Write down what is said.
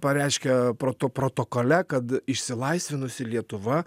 pareiškia proto protokole kad išsilaisvinusi lietuva